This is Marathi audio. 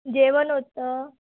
जेवण होतं